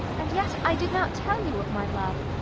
and yet i did not tell you of my love.